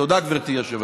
תודה, גברתי היושבת-ראש.